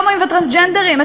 הומואים וטרנסג'נדרים,